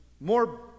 more